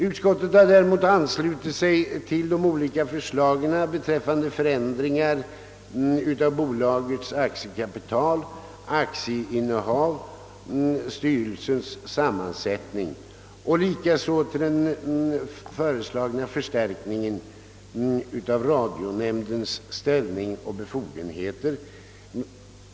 Utskottet har däremot anslutit sig till de olika förslagen beträffande förändringar av bolagets aktiekapital, aktieinnehav och styrelsens sammansättning samt likaså till den föreslagna förstärkningen av radionämndens ställning och befogenheter.